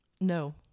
No